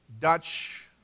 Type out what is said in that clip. Dutch